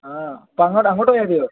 ആ ഇപ്പോൾ അങ്ങോട്ട് അങ്ങോട്ട് പോയാൽ മതിയോ